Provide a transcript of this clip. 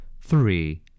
three